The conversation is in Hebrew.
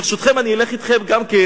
ברשותכם, אני אלך אתכם גם כן